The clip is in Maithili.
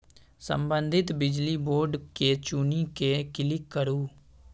संबंधित बिजली बोर्ड केँ चुनि कए क्लिक करु